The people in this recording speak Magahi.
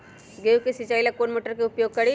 गेंहू के सिंचाई ला कौन मोटर उपयोग करी?